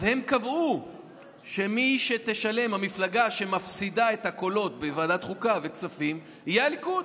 הם קבעו שהמפלגה שמפסידה את הקולות בוועדת חוקה וכספים תהיה הליכוד.